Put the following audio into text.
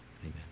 Amen